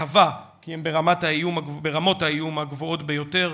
קבע כי הם ברמות האיום הגבוהות ביותר.